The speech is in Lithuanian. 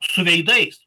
su veidais